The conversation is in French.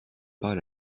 pas